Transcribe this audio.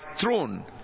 throne